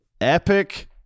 epic